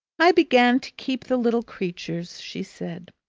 i began to keep the little creatures, she said,